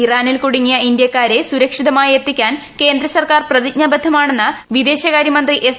ഇറാനിൽ കുടുങ്ങിയ ഇന്ത്യക്കാരെ സുരക്ഷിതമായി എത്തിക്കാൻ കേന്ദ്ര സർക്കാർ പ്രതിജ്ഞാബദ്ധമാണെന്ന് വിദേശകാര്യ മന്തി എസ്